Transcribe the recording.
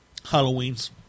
Halloweens